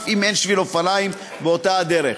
אף אם אין שביל אופניים באותה דרך.